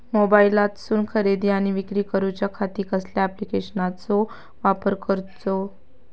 मोबाईलातसून खरेदी आणि विक्री करूच्या खाती कसल्या ॲप्लिकेशनाचो वापर करूचो?